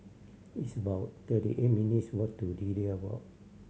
it's about thirty eight minutes' walk to Lilac Walk